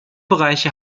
bereiche